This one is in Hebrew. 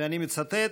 ואני מצטט,